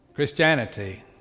Christianity